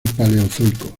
paleozoico